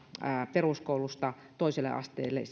peruskoulusta toiselle asteelle